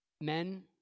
Men